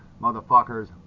Motherfuckers